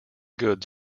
goods